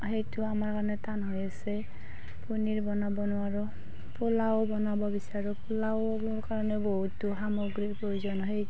সেইটো আমাৰ কাৰণে টান হৈ আছে পনীৰ বনাব নোৱাৰোঁ পোলাও বনাব বিচাৰোঁ পোলাও কাৰণে বহুতো সামগ্ৰীৰ প্ৰয়োজন হয়